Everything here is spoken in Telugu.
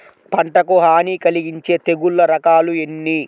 పంటకు హాని కలిగించే తెగుళ్ల రకాలు ఎన్ని?